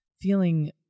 feeling